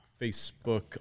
Facebook